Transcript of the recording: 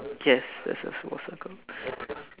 yes is a small circle